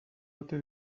ote